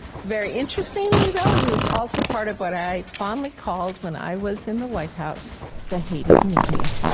very interestingly though, he was also part of what i fondly called when i was in the white house, the hated media.